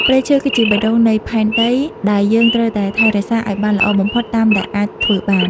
ព្រៃឈើ គឺជាបេះដូងនៃផែនដីដែលយើងត្រូវតែថែរក្សាឱ្យបានល្អបំផុតតាមដែលអាចធ្វើបាន។